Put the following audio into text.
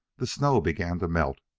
the snow began to melt,